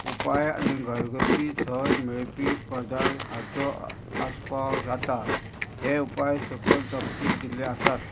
उपाय आनी घरगती सहज मेळपी पदार्थ हाचो आसपा जाता हे उपाय सकयल तपशील दिल्ले आसात